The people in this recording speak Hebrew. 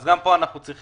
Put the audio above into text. אז גם פה אנחנו צריכים